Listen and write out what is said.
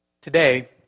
Today